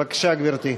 בבקשה, גברתי.